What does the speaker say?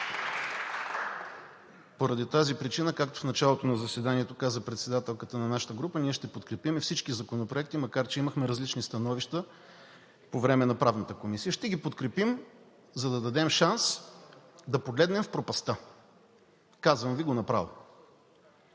Поради тази причина, както в началото на заседанието каза председателката на нашата група, ние ще подкрепим всички законопроекти, макар че имахме различни становища по време на Правната комисия. Ще ги подкрепим, за да дадем шанс да погледнем в пропастта. Казвам Ви го направо.